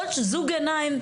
עוד זוג עיניים,